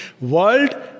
World